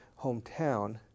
hometown